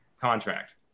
contract